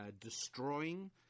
Destroying